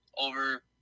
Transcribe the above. over